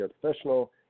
professional